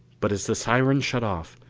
but as the siren shut off,